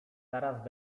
zaraz